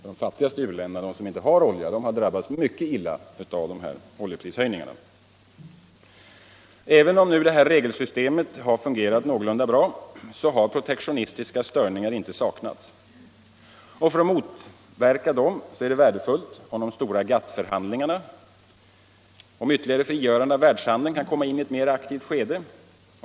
De fattigaste u-länderna, de som inte har egen olja, har drabbats mycket illa av dessa oljeprishöjningar. Även om detta regelsystem har fungerat någorlunda bra, så har protektionistiska störningar inte saknats. För att motverka dessa är det värdefullt om de stora GATT-förhandlingarna om ytterligare frigörande av världshandeln kan komma in i ett mera aktivt skede.